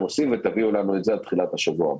עושים ותביאו לנו את זה עד תחילת השבוע הבא.